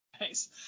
nice